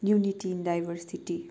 unity in diversity